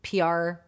PR